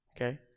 Okay